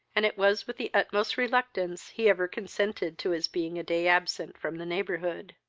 and it was with the utmost reluctance he ever consented to his being a day absent from the neighborhood.